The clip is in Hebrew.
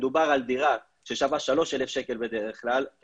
מדובר על דירה ששווה 3,000 שקל בדרך כלל כי